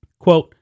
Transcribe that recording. quote